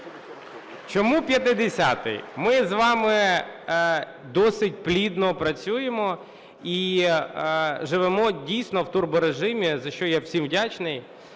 Чому 50-й? Ми з вами досить плідно працюємо і живемо дійсно в турборежимі, за що я всім вдячний.